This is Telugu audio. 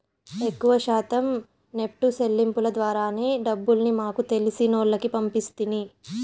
ఎక్కవ శాతం నెప్టు సెల్లింపుల ద్వారానే డబ్బుల్ని మాకు తెలిసినోల్లకి పంపిస్తిని